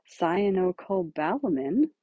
cyanocobalamin